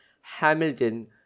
Hamilton